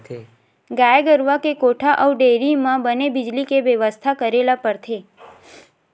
गाय गरूवा के कोठा अउ डेयरी म बने बिजली के बेवस्था करे ल परथे